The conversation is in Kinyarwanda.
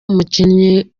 umukinnyi